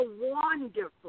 wonderful